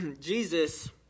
Jesus